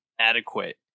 adequate